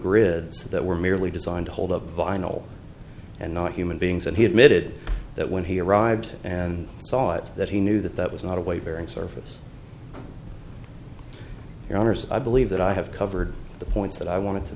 grids that were merely designed to hold up vinyl and not human beings and he admitted that when he arrived and saw it that he knew that that was not a weight bearing surface your honour's i believe that i have covered the points that i want to